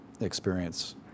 experience